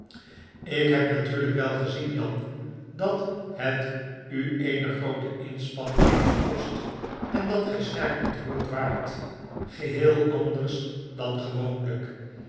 ik heb natuurlijk wel gezien jan dat het u eene groote inspanning neeft gekost en dat gy sterk ontroerd waart geheel anders dan fewooniyk